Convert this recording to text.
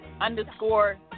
underscore